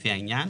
לפי העניין",